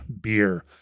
beer